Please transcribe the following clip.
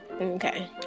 Okay